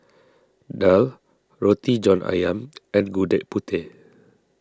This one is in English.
Daal Roti John Ayam and Gudeg Putih